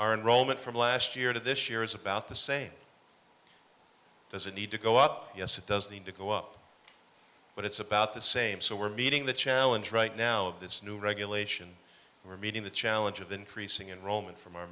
are in rome and from last year to this year is about the say there's a need to go up yes it does need to go up but it's about the same so we're meeting the challenge right now of this new regulation we're meeting the challenge of increasing in rome and from our